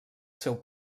seu